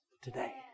today